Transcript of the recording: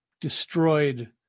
destroyed